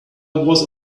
was